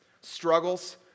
struggles